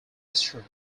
eastern